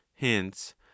hence